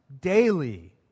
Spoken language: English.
daily